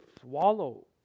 swallow